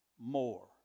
more